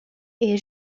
est